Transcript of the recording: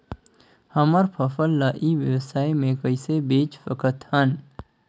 हमर फसल ल ई व्यवसाय मे कइसे बेच सकत हन?